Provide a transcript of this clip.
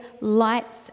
lights